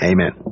Amen